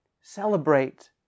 celebrate